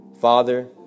Father